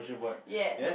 ya